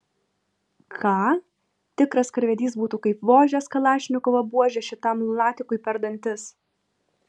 ką tikras karvedys būtų kaip vožęs kalašnikovo buože šitam lunatikui per dantis